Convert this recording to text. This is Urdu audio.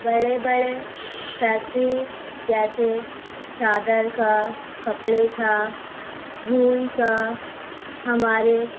بڑے بڑے فیکٹری جیسے چادر کا کپڑے کا روئی کا ہمارے